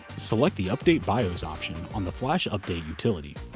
select the update bios option on the flash update utility.